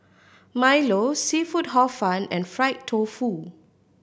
milo seafood Hor Fun and fried tofu